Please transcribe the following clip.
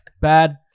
Bad